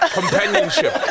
Companionship